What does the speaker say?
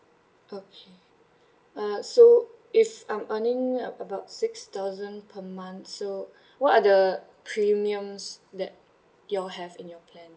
okay uh so if I'm earning about six thousand per month so what are the premiums that you all have in your plan